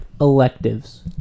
Electives